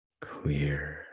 Clear